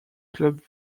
club